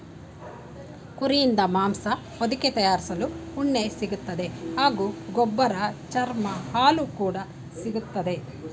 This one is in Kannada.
ಕುರಿಯಿಂದ ಮಾಂಸ ಹೊದಿಕೆ ತಯಾರಿಸಲು ಉಣ್ಣೆ ಸಿಗ್ತದೆ ಹಾಗೂ ಗೊಬ್ಬರ ಚರ್ಮ ಹಾಲು ಕೂಡ ಸಿಕ್ತದೆ